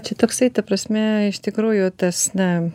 čia toksai ta prasme iš tikrųjų tas na